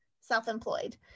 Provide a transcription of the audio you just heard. self-employed